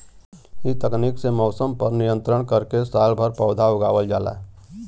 इ तकनीक से मौसम पर नियंत्रण करके सालभर पौधा उगावल जाला